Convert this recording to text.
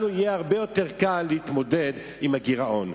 לנו יהיה הרבה יותר קל להתמודד עם הגירעון.